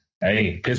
hey